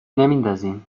نمیندازیم